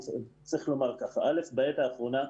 בעת האחרונה,